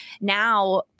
now